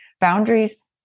boundaries